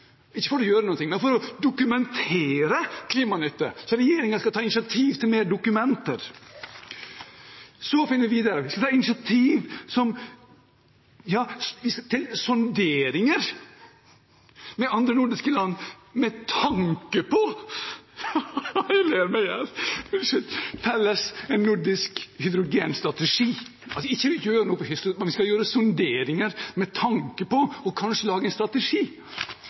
ikke for å gjøre noen ting, men «for å dokumentere klimanytten». Så regjeringen skal ta initiativ til flere dokumenter. Så finner vi videre at regjeringen skal «ta initiativ til sonderinger med de andre nordiske landene med tanke på» – jeg ler meg i hjel, unnskyld – «en felles nordisk hydrogenstrategi». Altså skal man gjøre sonderinger med tanke på kanskje å lage en strategi.